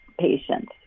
patients